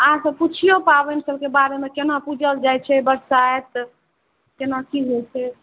आओर सब पुछिऔ पाबनि सबके बारेमे कोना पूजल जाइ छै बरसाइत कोना की होइ छै